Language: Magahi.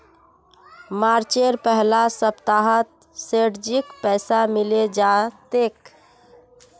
मार्चेर पहला सप्ताहत सेठजीक पैसा मिले जा तेक